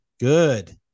good